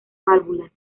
válvulas